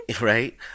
Right